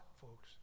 folks